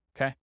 Okay